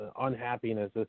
unhappiness